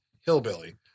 hillbilly